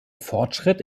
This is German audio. fortschritt